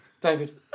David